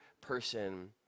person